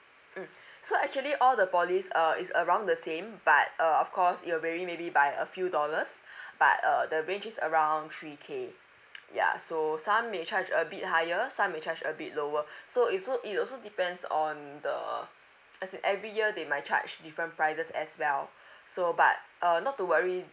mm so actually all the polies uh is around the same but uh of course it'll vary maybe by a few dollars but uh the range is around three K yeah so some may charge a bit higher some may charge a bit lower so it's so it also depends on the as in every year they might charge different prices as well so but uh not to worry